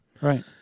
Right